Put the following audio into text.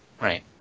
Right